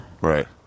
Right